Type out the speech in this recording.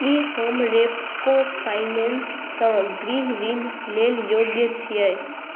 की हम रेपको फाइनेन्ससँ गृह ऋण लेल योग्य छियै